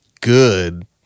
good